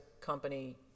company